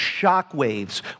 shockwaves